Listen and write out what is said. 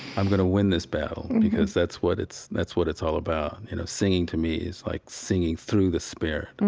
i'm going to win this battle, because that's what it's that's what it's all about. you know singing to me is like singing through the spirit.